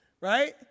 right